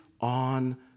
on